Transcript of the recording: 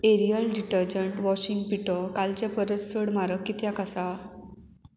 aerial detergent washing पिठो कालचे परस चड म्हारग कित्याक आसा